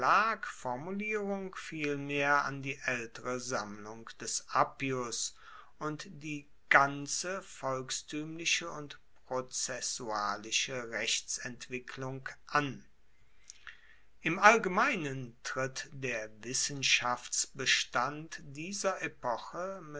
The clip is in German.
klagformulierung vielmehr an die aeltere sammlung des appius und die ganze volkstuemliche und prozessualische rechtsentwicklung an im allgemeinen tritt der wissenschaftsbestand dieser epoche